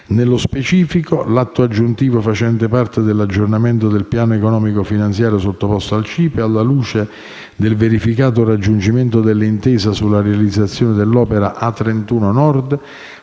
Nello specifico, l'atto aggiuntivo facente parte dell'aggiornamento del piano economico finanziario sottoposto al CIPE, alla luce del verificato raggiungimento dell'intesa sulla realizzazione dell'opera A31 Nord,